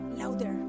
louder